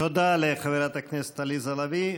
תודה לחברת הכנסת עליזה לביא.